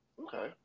Okay